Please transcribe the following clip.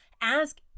ask